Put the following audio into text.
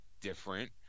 different